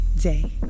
day